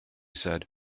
said